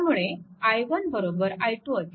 त्यामुळे i1 i2 5